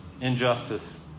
injustice